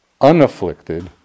unafflicted